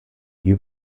die